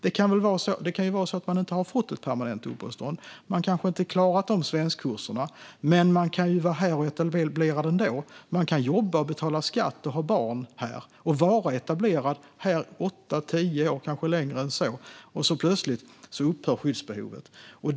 Det kan vara så att man inte har fått ett permanent uppehållstillstånd. Man har kanske inte klarat kurserna i svenska. Men man kan vara etablerad här ändå. Man kan jobba, betala skatt och ha barn här och vara etablerad här sedan åtta tio år, kanske ännu längre. Så plötsligt upphör skyddsbehovet.